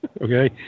Okay